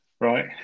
right